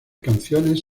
canciones